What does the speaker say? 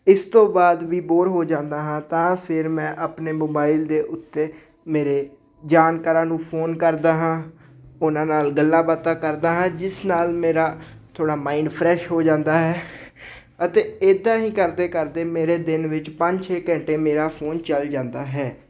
ਇਸ ਤੋਂ ਬਾਅਦ ਵੀ ਬੋਰ ਹੋ ਜਾਂਦਾ ਹਾਂ ਤਾਂ ਫਿਰ ਮੈਂ ਆਪਣੇ ਮੋਬਾਈਲ ਦੇ ਉੱਤੇ ਮੇਰੇ ਜਾਣਕਾਰਾਂ ਨੂੰ ਫੋਨ ਕਰਦਾ ਹਾਂ ਉਹਨਾਂ ਨਾਲ ਗੱਲਾਂ ਬਾਤਾਂ ਕਰਦਾ ਹਾਂ ਜਿਸ ਨਾਲ ਮੇਰਾ ਥੋੜ੍ਹਾ ਮਾਇੰਡ ਫਰੈਸ਼ ਹੋ ਜਾਂਦਾ ਹੈ ਅਤੇ ਇੱਦਾਂ ਹੀ ਕਰਦੇ ਕਰਦੇ ਮੇਰੇ ਦਿਨ ਵਿੱਚ ਪੰਜ ਛੇ ਘੰਟੇ ਮੇਰਾ ਫੋਨ ਚਲ ਜਾਂਦਾ ਹੈ